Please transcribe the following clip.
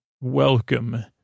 welcome